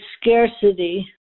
scarcity